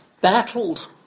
battled